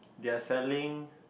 they're selling